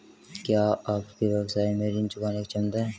क्या आपके व्यवसाय में ऋण चुकाने की क्षमता है?